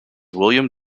william